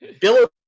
Bill